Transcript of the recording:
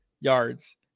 yards